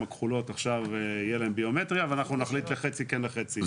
הכחולות יהיה להם ביומטריה ואנחנו נחליט לחצי כן ולחצי לא.